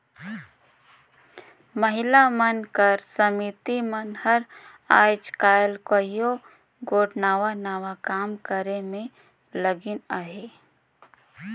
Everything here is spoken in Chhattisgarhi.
महिला मन कर समिति मन हर आएज काएल कइयो गोट नावा नावा काम करे में लगिन अहें